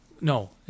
No